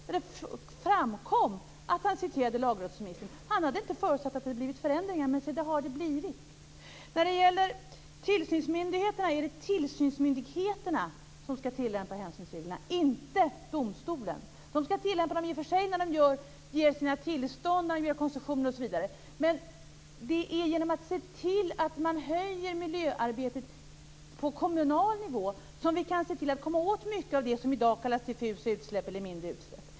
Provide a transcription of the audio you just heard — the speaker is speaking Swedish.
Då framkom det att han citerat ur lagrådsremissen. Han hade inte förutsett att det hade blivit förändringar. Men se det har det blivit! Det är tillsynsmyndigheterna som skall tillämpa hänsynsreglerna, inte domstolen. Man skall i och för sig sköta tillämpningen i samband med tillstånd, koncessioner osv. Men det är genom att se till att miljöarbetet lyfts upp på kommunal nivå som vi kan se till att man kan komma åt mycket av det som i dag kallas för diffusa utsläpp, eller mindre utsläpp.